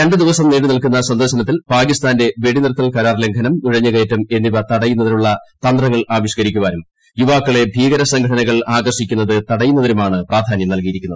രണ്ടു ദിവസം നീണ്ടുനിൽക്കുന്ന സന്ദർശനത്തിൽ പാകിസ്ഥാള്റ്റ് ഖ്പടിനിർത്തൽ കരാർ ലംഘനം നുഴഞ്ഞുകയറ്റം എന്നിപ്പ് തടയുന്നതിനുളള തന്ത്രങ്ങൾ ആവിഷ്കരിക്കാനും യുവിക്ക്ക്ളെ ഭീകര സംഘടനകൾ ആകർഷിക്കുന്നത് തടയുന്നതിനുമാണ് പ്രാധാന്യം നൽകിയിരി ക്കുന്നത്